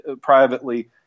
privately